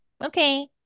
Okay